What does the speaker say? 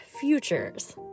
futures